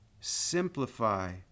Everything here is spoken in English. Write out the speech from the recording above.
simplify